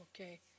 okay